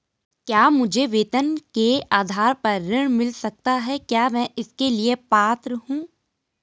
क्या मुझे वेतन के आधार पर ऋण मिल सकता है क्या मैं इसके लिए पात्र हूँ?